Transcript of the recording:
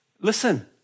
Listen